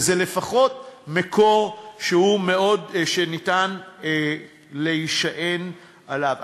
וזה מקור שניתן להישען עליו.